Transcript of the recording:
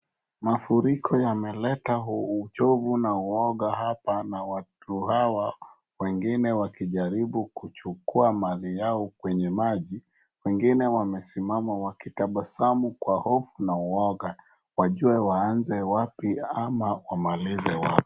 Mafuriko yameleta uchovu na uwoga hapa na watu hawa wengine wakijaribu kuchukua mali yao kwenye maji, wengine wamesimama wakitabasamu kwa hofu na uwoga wajue waaze wapi ama wamalize wapi.